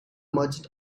merchant